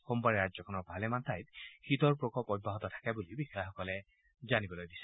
সোমবাৰে ৰাজ্যখনৰ ভালেমান ঠাইত শীতৰ প্ৰকোপ অব্যাহত থাকে বুলি বিষয়াসকলে জানিবলৈ দিছে